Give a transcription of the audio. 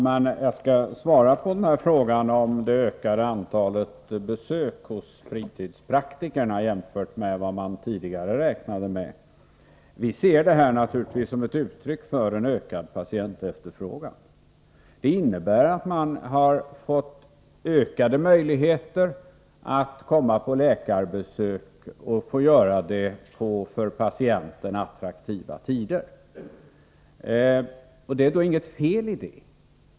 Herr talman! Jag skall svara på frågan om det ökade antalet besök hos fritidspraktikerna, jämfört med vad man tidigare räknade med. Vi ser naturligtvis ökningen som ett uttryck för ökad efterfrågan från patienternas sida. Det innebär att man har fått ökade möjligheter att komma på läkarbesök och få göra det på för patienterna attraktiva tider. Det är inget fel i det.